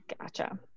gotcha